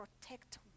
protect